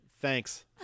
Thanks